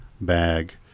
bag